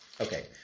Okay